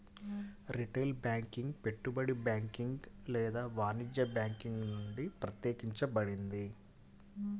retail banking పెట్టుబడి banking లేదా వాణిజ్య బ్యాంకింగ్ నుండి ప్రత్యేకించబడింది